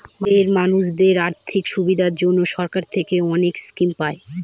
ভারতে মানুষদের আর্থিক সুবিধার জন্য সরকার থেকে অনেক স্কিম পায়